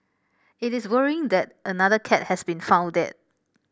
it is worrying that another cat has been found dead